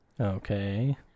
Okay